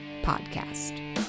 podcast